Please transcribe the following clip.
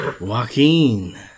Joaquin